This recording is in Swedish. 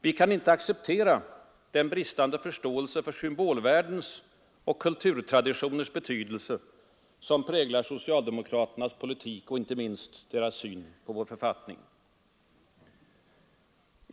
Vi kan inte acceptera den bristande förståelse för symbolvärdens och kulturtraditioners betydelse som präglar socialdemokraternas politik och inte minst deras syn på vår författning.